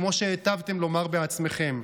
כמו שהיטבתם לומר בעצמכם,